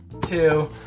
two